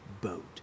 boat